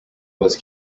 was